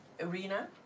arena